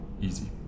easy